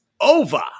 over